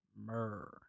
Myrrh